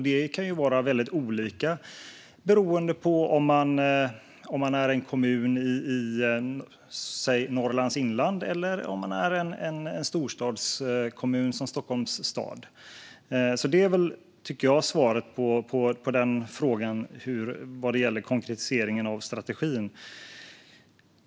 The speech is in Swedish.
Det kan ju vara väldigt olika beroende på om det rör sig om en kommun i Norrlands inland eller om det rör sig om en storstadskommun som Stockholms stad. Det tycker jag väl är svaret på frågan vad gäller konkretiseringen av strategin.